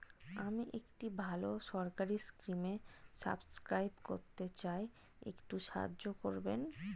আমি একটি ভালো সরকারি স্কিমে সাব্সক্রাইব করতে চাই, একটু সাহায্য করবেন?